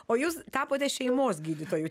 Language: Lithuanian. o jūs tapote šeimos gydytoju